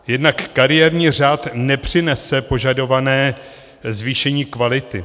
Jednak kariérní řád nepřinese požadované zvýšení kvality.